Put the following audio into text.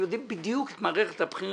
יודעים בדיוק על מה מדובר במערכת הבריאות.